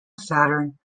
saturn